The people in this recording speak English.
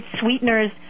sweeteners